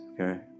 Okay